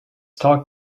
talk